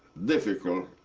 difficult